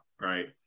right